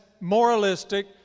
moralistic